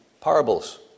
parables